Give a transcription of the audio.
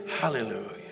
Hallelujah